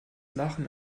lachen